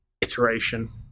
Iteration